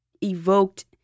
evoked